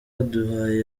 baduhaye